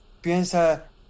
piensa